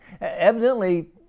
Evidently